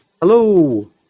Hello